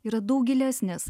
yra daug gilesnės